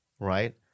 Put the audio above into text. right